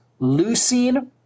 leucine